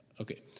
Okay